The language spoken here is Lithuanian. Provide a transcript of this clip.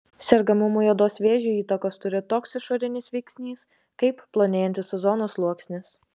sergamumui odos vėžiu įtakos turi toks išorinis veiksnys kaip plonėjantis ozono sluoksnis